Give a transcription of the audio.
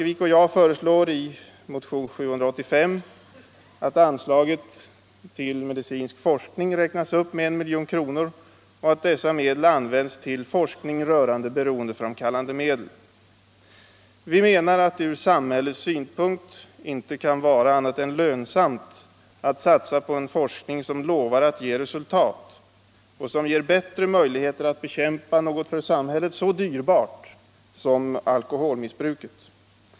Vi menar att det från samhällets synpunkt inte kan vara annat än lönsamt att satsa på en forskning som lovar att ge resultat och som ger bättre möjligheter att bekämpa något för samhället så dyrbart som alkoholmissbruket.